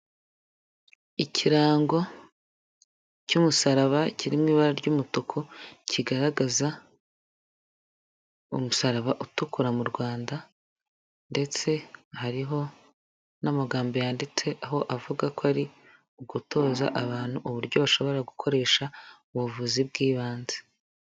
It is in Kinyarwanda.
Ikirango cy'umusaraba kiri mu ibara ry'umutuku kigaragaza umusaraba utukura mu Rwanda ndetse hariho n'amagambo yanditse aho avuga ko ari ugutoza abantu uburyo bashobora gukoresha ubuvuzi bw'ibanze.